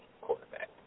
quarterback